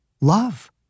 Love